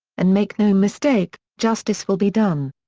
and make no mistake, justice will be done.